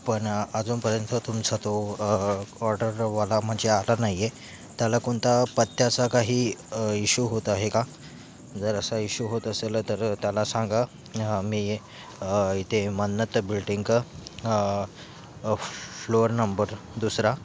पण अजूनपर्यंत तुमचा तो ऑर्डरवाला म्हणजे आला नाही आहे त्याला कोणता पत्त्याचा काही इशू होत आहे का जर असा इशू होत असेल तर त्याला सांगा मी इथे मन्नत बिल्डिंगं फ्लोअर नंबर दुसरा